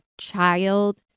child